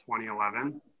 2011